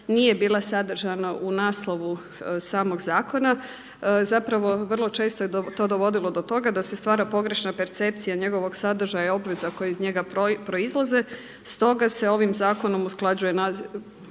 nije bila sadržana u naslovu samog zakona, zapravo vrlo često je to dovodilo do toga da se stvara pogrešna percepcija njegovog sadržaja i obveza koje iz njega proizlaze sto ga ovim zakonom usklađuje naziv